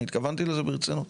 אני התכוונתי לזה ברצינות.